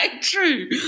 true